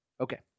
Okay